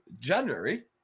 January